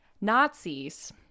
Nazis